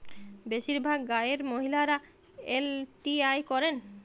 বেশিরভাগ গাঁয়ের মহিলারা এল.টি.আই করেন